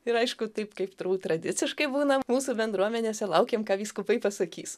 ir aišku taip kaip turbūt tradiciškai būna mūsų bendruomenėse laukėm ką vyskupai pasakys